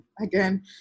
Again